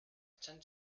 tend